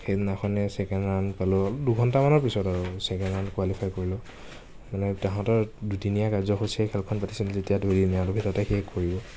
সিদিনাখনে second round পালোঁ দুঘন্টামানৰ পিছত আৰু চেকেণ্ড ৰাউণ্ড কোৱালিফাই কৰিলোঁ মানে তাঁহাতৰ দুদিনীয়া কাৰ্যসূচীৰে খেলখন পাতিছিল যেতিয়া দুইদিনীয়াভাবে তাতেই শেষ কৰিব